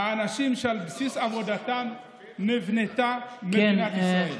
האנשים שעל בסיס עבודתם נבנתה מדינת ישראל.